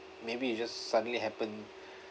maybe you just suddenly happen